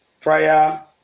prayer